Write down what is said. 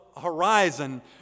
horizon